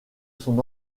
son